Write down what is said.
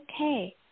okay